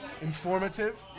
Informative